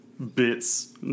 Bits